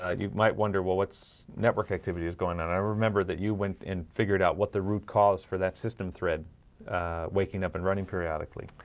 ah you might wonder well what's network activity is going on? i remember that you went and figured out what the route calls for that system thread waking up and running periodically,